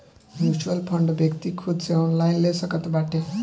mutual fund व्यक्ति खुद से ऑनलाइन ले सकत बाटे